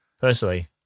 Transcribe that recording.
Personally